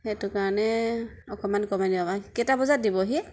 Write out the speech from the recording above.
সেইটো কাৰণে অকণমান কমাই দিব কেইটা বজাত দিবহি